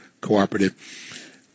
cooperative